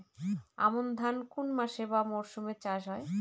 আমন ধান কোন মাসে বা মরশুমে চাষ হয়?